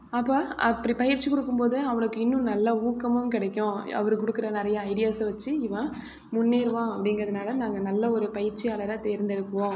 அப்போ அப்படி பயிற்சி கொடுக்கும்போது அவனுக்கு இன்னும் நல்ல ஊக்கமும் கிடைக்கும் அவர் கொடுக்குற நிறைய ஐடியாஸை வச்சு இவன் முன்னேறுவான் அப்படிங்குறதுனால நாங்கள் நல்ல ஒரு பயிற்சியாளரை தேர்ந்தெடுக்குவோம்